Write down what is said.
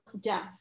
death